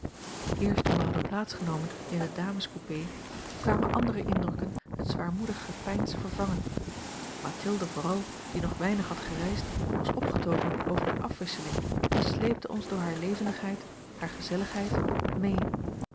eerst toen wij hadden plaats genomen in de damescoupé kwamen andere indrukken het zwaarmoedig gepeins vervangen mathilde vooral die nog weinig had gereisd was opgetogen over de afwisseling en sleepte ons door hare levendigheid hare gezelligheid mee